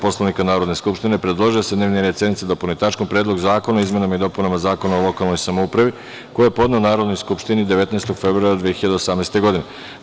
Poslovnika Narodne skupštine, predložio je da se dnevni red sednice dopuni tačkom – Predlog zakona o izmenama i dopunama Zakona o lokalnoj samoupravi, koji je podneo Narodnoj skupštini 19. februara 2018. godine.